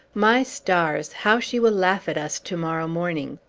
my stars! how she will laugh at us, to-morrow morning!